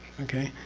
okay?